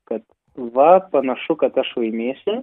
kad va panašu kad aš laimėsiu